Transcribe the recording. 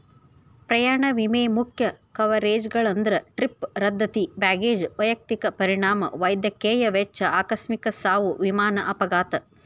ಪ್ರಯಾಣ ವಿಮೆ ಮುಖ್ಯ ಕವರೇಜ್ಗಳಂದ್ರ ಟ್ರಿಪ್ ರದ್ದತಿ ಬ್ಯಾಗೇಜ್ ವೈಯಕ್ತಿಕ ಪರಿಣಾಮ ವೈದ್ಯಕೇಯ ವೆಚ್ಚ ಆಕಸ್ಮಿಕ ಸಾವು ವಿಮಾನ ಅಪಘಾತ